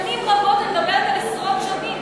שנים רבות, אני מדברת על עשרות שנים.